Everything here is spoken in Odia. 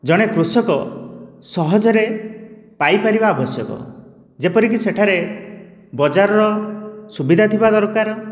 ଜଣେ କୃଷକ ସହଜରେ ପାଇ ପାରିବା ଆବଶ୍ୟକ ଯେପରିକି ସେଠାରେ ବଜାରର ସୁବିଧା ଥିବା ଦରକାର